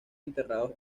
enterrados